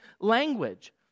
language